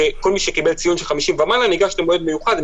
שכל מי שקיבל ציון של 50 ומעלה ניגש למועד מיוחד,